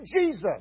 Jesus